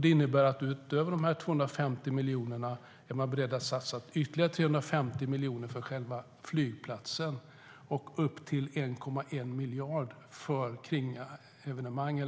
Det innebär att de utöver de 250 miljonerna är beredda att satsa ytterligare 350 miljoner på själva flygplatsen och upp till 1,1 miljarder på kringarrangemang.